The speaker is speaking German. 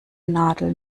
nadel